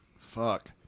Fuck